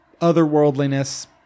otherworldliness